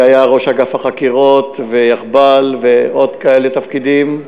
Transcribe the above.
שהיה ראש אגף החקירות ויאחב"ל ועוד כמה תפקידים,